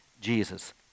Jesus